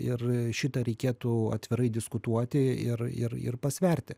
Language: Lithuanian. ir šitą reikėtų atvirai diskutuoti ir ir ir pasverti